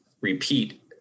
repeat